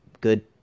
good